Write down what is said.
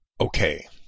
Okay